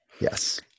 Yes